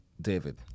David